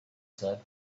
said